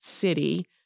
City